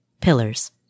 pillars